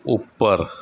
ઉપર